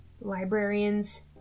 Librarians